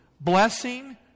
Blessing